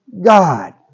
God